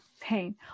pain